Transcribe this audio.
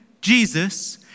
Jesus